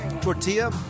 tortilla